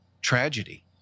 tragedy